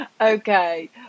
Okay